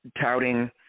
touting